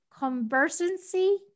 conversancy